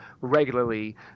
regularly